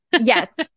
Yes